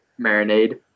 marinade